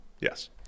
Yes